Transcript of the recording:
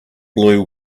blew